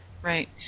Right